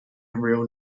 real